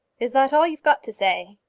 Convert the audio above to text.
is that all you've got to say?